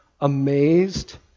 amazed